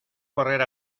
correr